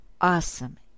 awesome